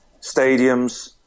stadiums